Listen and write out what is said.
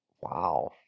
Wow